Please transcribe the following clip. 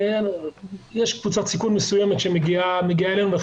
ויש קבוצת סיכון מסוימת שמגיעה אלינו ולכן